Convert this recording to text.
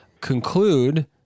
conclude